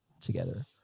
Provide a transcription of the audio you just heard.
together